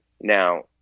Now